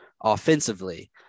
offensively